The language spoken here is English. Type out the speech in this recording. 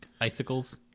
icicles